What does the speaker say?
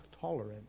tolerant